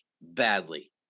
badly